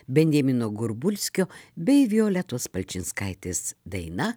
benjamino gorbulskio bei violetos palčinskaitės daina